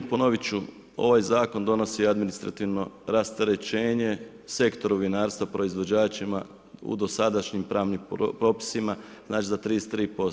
Ponovit ću, ovaj zakon donosi administrativno rasterećenje sektoru vinarstva, proizvođačima u dosadašnjim pravnim propisima znači za 33%